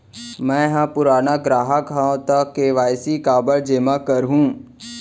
मैं ह पुराना ग्राहक हव त के.वाई.सी काबर जेमा करहुं?